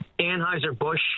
Anheuser-Busch